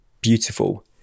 beautiful